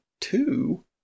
two